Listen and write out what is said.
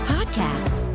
Podcast